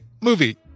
movie